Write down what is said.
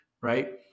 right